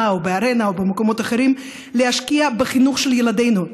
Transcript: או בארנה או במקומות אחרים אלא להשקיע בחינוך של ילדינו.